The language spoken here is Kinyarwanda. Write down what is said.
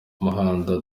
muhando